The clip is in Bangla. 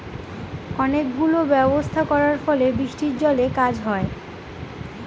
অনেক গুলো ব্যবস্থা করার ফলে বৃষ্টির জলে কাজ হয়